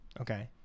Okay